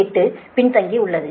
8 பின்தங்கி உள்ளது